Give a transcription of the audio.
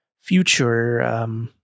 future